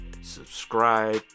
subscribe